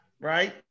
right